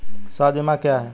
स्वास्थ्य बीमा क्या है?